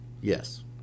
Yes